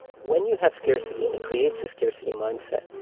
when you have scarcity and it creates a scarcity mindset,